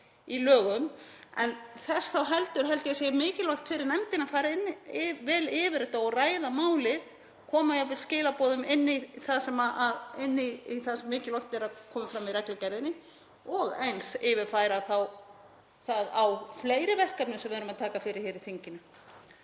í lögum. En þess þá heldur held ég að sé mikilvægt fyrir nefndina að fara vel yfir þetta og ræða málið, jafnvel koma skilaboðum inn í það sem mikilvægt er að komi fram í reglugerðinni og eins að yfirfæra það þá á fleiri verkefni sem við erum að taka fyrir hér í þinginu.